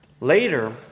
Later